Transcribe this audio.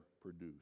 produced